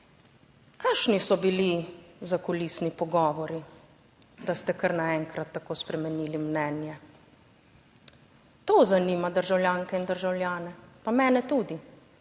Kakšni so bili zakulisni pogovori, da ste kar naenkrat tako spremenili mnenje? To zanima državljanke in državljane, pa mene tudi,